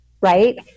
right